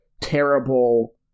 terrible